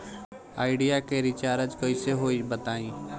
Idea के recharge कइसे होई बताईं?